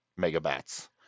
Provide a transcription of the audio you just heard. megabats